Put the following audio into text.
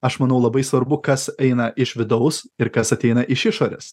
aš manau labai svarbu kas eina iš vidaus ir kas ateina iš išorės